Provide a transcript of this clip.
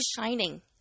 shining